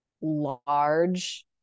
large